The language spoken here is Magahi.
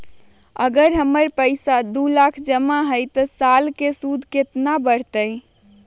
अगर हमर पैसा दो लाख जमा है त साल के सूद केतना बढेला?